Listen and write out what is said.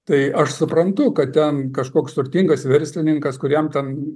tai aš suprantu kad ten kažkoks turtingas verslininkas kuriam ten